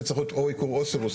שצריך להיות או עיקור או סירוס.